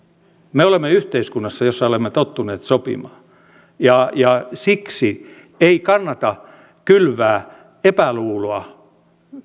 me olemme yhteiskunnassa jossa olemme tottuneet sopimaan ja siksi ei kannata kylvää epäluuloa